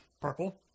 Purple